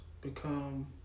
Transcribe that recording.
become